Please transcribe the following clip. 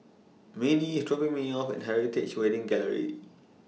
Manie IS dropping Me off At Heritage Wedding Gallery